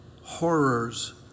horrors